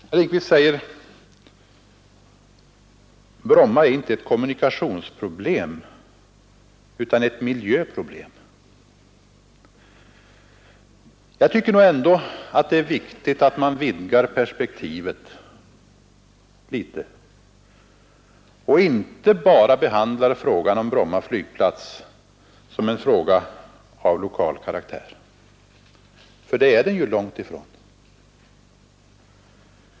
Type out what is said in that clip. Herr Lindkvist säger att Bromma inte är ett kommunikationsproblem utan ett miljöproblem. Jag tycker nog ändå att det är viktigt att man vidgar perspektivet litet och inte behandlar frågan om Bromma flygplats bara som en fråga av lokal karaktär, för det är den långtifrån.